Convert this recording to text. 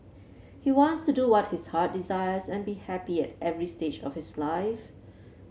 he wants to do what his heart desires and be happy at every stage of his life